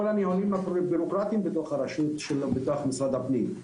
הנוהלים הבירוקרטיים בתוך הרשות של משרד הפנים.